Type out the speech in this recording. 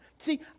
See